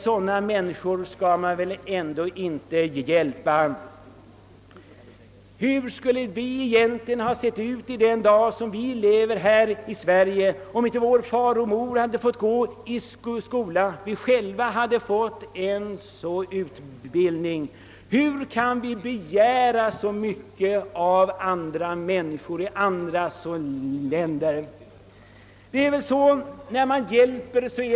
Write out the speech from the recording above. Sådana människor kan man väl ändå inte hjälpa!» Hur skulle det egentligen ha sett ut i dagens Sverige om inte vår far och mor hade fått gå i skola, om vi själva inte hade fått utbildning? Hur kan vi då begära så mycket av andra länders människor?